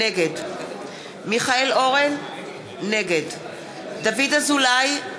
נגד מיכאל אורן, נגד דוד אזולאי,